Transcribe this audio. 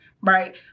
right